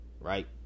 right